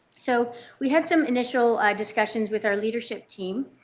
so we had some initial discussions with our leadership team.